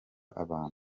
abantu